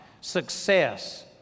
success